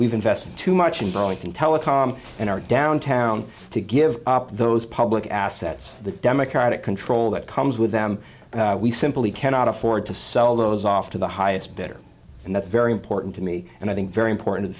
we've invested too much in burlington telecom and our downtown to give up those public assets the democratic control that comes with them and we simply cannot afford to sell those off to the highest bidder and that's very important to me and i think very important